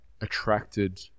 attracted